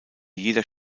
jeder